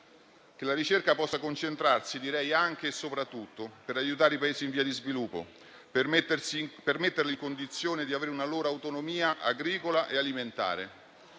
che la ricerca possa concentrarsi, direi anche e soprattutto, per aiutare i Paesi in via di sviluppo, mettendoli nelle condizioni di avere una loro autonomia agricola e alimentare.